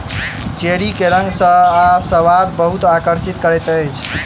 cherry के रंग आ स्वाद बहुत आकर्षित करैत अछि